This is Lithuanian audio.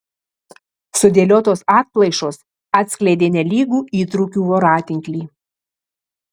sudėliotos atplaišos atskleidė nelygų įtrūkių voratinklį